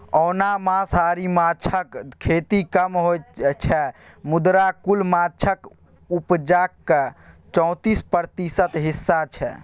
ओना मांसाहारी माछक खेती कम होइ छै मुदा कुल माछक उपजाक चौतीस प्रतिशत हिस्सा छै